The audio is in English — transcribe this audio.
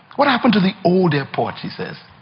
what happened to the old airport she says.